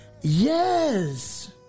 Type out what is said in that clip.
yes